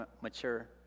mature